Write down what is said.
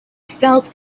felt